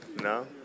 No